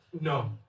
No